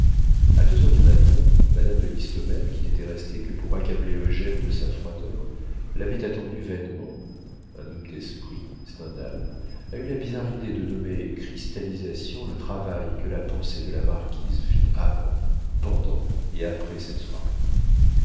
a deux heures du matin madame de listomère qui n'était restée que pour accabler eugène de sa froideur l'avait attendu vainement un homme d'esprit stendhal a eu la bizarre idée de nommer cristallisation le travail que la pensée de la marquise fit avant pendant et après cette soirée